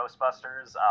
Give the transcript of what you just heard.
Ghostbusters